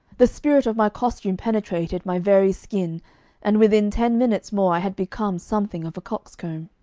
the spirit of my costume penetrated my very skin and within ten minutes more i had become something of a coxcomb.